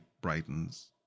brightens